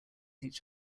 each